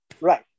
Right